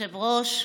אדוני היושב-ראש,